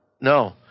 No